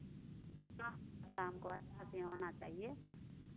तो शाम को अच्छा से होना चाहिए